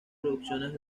producciones